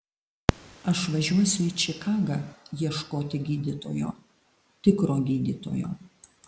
aš važiuosiu į čikagą ieškoti gydytojo tikro gydytojo